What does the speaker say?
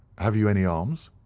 have you any arms?